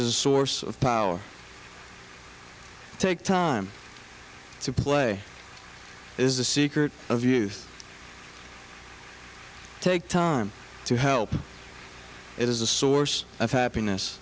is source of power take time to play is the secret of youth take time to help it is a source of happiness